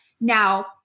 Now